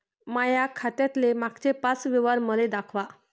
माया खात्यातले मागचे पाच व्यवहार मले दाखवा